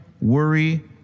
worry